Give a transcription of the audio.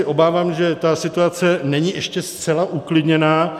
Obávám se, že situace není ještě zcela uklidněná.